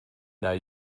now